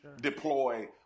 deploy